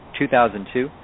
2002